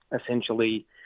essentially